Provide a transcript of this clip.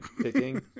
picking